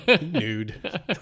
nude